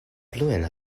pluen